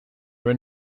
were